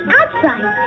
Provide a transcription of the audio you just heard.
outside